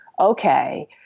okay